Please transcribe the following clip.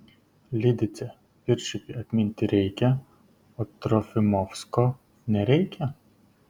lidicę pirčiupį atminti reikia o trofimovsko nereikia